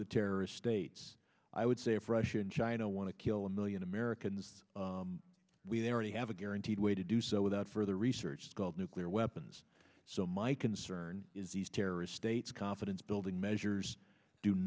the terrorist states i would say if russia and china want to kill a million americans we they already have a guaranteed way to do so without further research called nuclear weapons so my concern is these terrorist states confidence building measures do